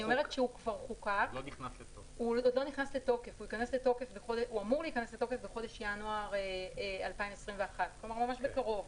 הוא אמור להיכנס לתוקף בחודש ינואר 2021. כלומר ממש בקרוב.